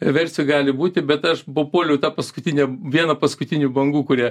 versijų gali būti bet aš papuoliau paskutinę vieną paskutinių bangų kurią